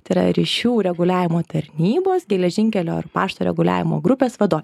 tai yra ryšių reguliavimo tarnybos geležinkelio ir pašto reguliavimo grupės vadovė